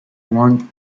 one